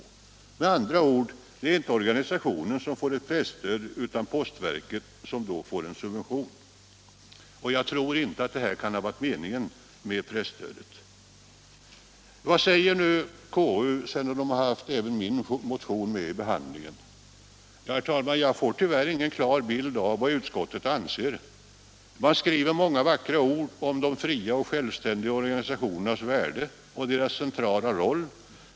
Det är med andra ord inte organisationerna som får ett presstöd utan postverket som får en subvention. Jag tror inte att det kan ha varit meningen med presstödet. Vad säger nu konstitutionsutskottet sedan det haft även min motion med i behandlingen. Jag får tyvärr inte någon klar bild av vad utskottet anser. Man skriver många vackra ord om de fria och självständiga organisationernas värde och deras centrala roll.